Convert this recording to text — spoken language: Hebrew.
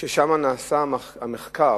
שם נעשה המחקר,